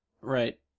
Right